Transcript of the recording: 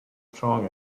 strong